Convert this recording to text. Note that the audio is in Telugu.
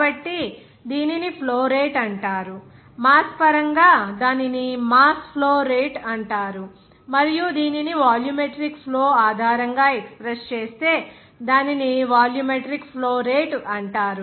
కాబట్టిదీనిని ఫ్లో రేటు అంటారు మాస్ పరంగా దానిని మాస్ ఫ్లో రేటు అంటారు మరియు దీనిని వాల్యూమెట్రిక్ ఫ్లో ఆధారంగా ఎక్స్ప్రెస్ చేస్తే దానిని వాల్యూమెట్రిక్ ఫ్లో రేట్ అంటారు